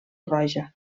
roja